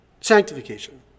sanctification